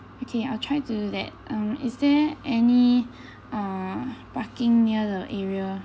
okay I'll try to do that um is there any uh parking near the area